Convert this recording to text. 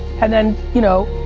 and then, you know,